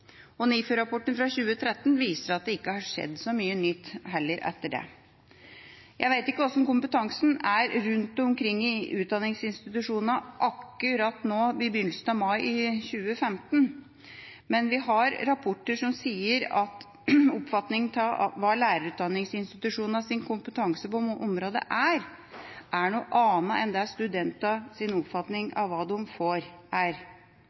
fra 2013 viser at det heller ikke har skjedd så mye nytt etter det. Jeg vet ikke hvordan kompetansen er rundt omkring i utdanningsinstitusjonene akkurat nå, i begynnelsen av mai 2015, men vi har rapporter som sier at lærerutdanningsinstitusjonenes oppfatning av hva deres kompetanse på området er, er noe annet enn studentenes oppfatning av hva de får. Det er